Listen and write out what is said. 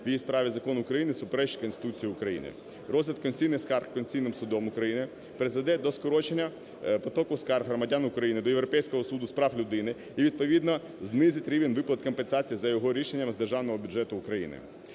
в її справі Закон України суперечить Конституції України. Розгляд конституційних скарг Конституційним Судом України призведе до скорочення потоку скарг громадян України до Європейського суду з прав люди і відповідно знизить рівень виплат компенсації за його рішенням з Державного бюджету України.